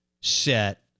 set